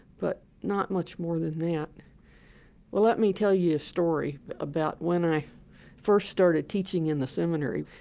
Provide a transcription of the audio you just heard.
but not much more than that well, let me tell you a story about when i first started teaching in the seminary.